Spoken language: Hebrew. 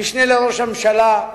המשנה לראש הממשלה,